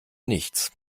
nichts